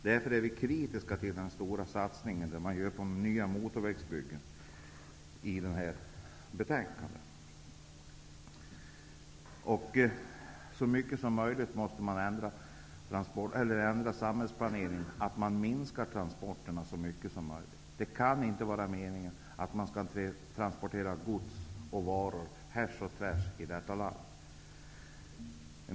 Därför är vi kritiska till den stora satsning på nya motorvägsbyggen som vi kan läsa om i betänkandet. Samhällsplaneringen måste ändras så att transporterna minskar så mycket som möjligt. Det kan inte vara meningen att gods och varor skall transporteras härs och tvärs genom landet.